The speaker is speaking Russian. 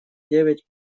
девять